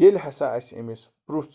ییٚلہِ ہسا اَسہِ أمِس پُرٛژھ